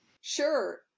Sure